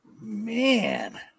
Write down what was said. Man